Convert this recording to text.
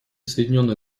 соединенное